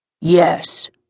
Yes